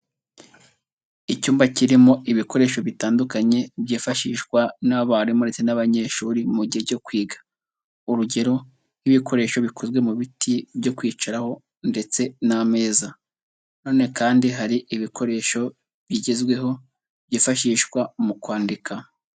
Icyumba kirimo ibikoresho bitandukanye byifashishwa n'abarimu ndetse n'abanyeshuri mu gihe cyo kwiga, urugero nk'ibikoresho bikozwe mu biti byo kwicaraho ndetse n'ameza, na none kandi hari ibikoresho bigezweho byifashishwa mu kwandika.